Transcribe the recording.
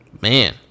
Man